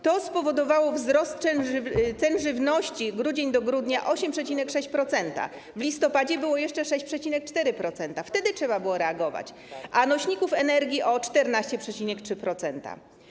To spowodowało wzrost cen żywności w relacji grudzień do grudnia o 8,6% - w listopadzie było jeszcze 6,4%, wtedy trzeba było reagować - a nośników energii o 14,3%.